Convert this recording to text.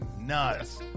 nuts